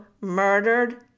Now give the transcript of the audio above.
murdered